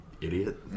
idiot